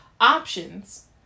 Options